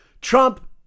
Trump